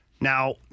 Now